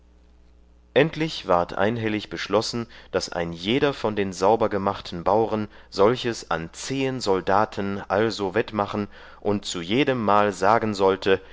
endlich ward einhellig beschlossen daß ein jeder von den saubergemachten bauren solches an zehen soldaten also wettmachen und zu jedem mal sagen sollte